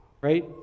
Right